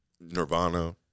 Nirvana